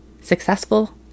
successful